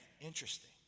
Interesting